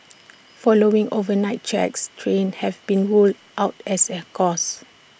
following overnight checks trains have been ruled out as A cause